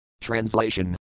Translation